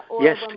Yes